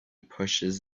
pushes